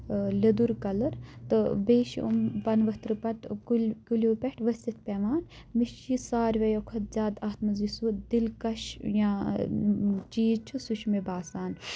Lidder colour تہٕ بیٚیہِ چھِ یِم پَنہٕ ؤتھر پَتہٕ کُلیو پیٹھ ؤسِتھ پیوٚان مےٚ چھِ یہِ سارویو کۄتہٕ زِیادٕ اتھ منٛز یُس دِلکَش یا چیٖز چھُ سُہ چھُ مےٚ باسان